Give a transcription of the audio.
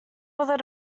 whether